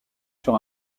sur